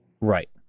Right